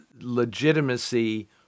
legitimacy